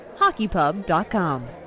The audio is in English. HockeyPub.com